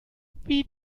wie